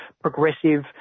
progressive